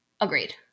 Agreed